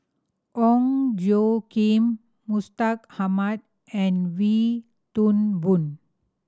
Ong Tjoe Kim Mustaq Ahmad and Wee Toon Boon